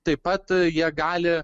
taip pat jie gali